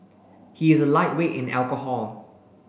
he is a lightweight in alcohol